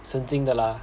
神经的啦